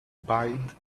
bind